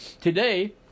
today